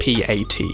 PAT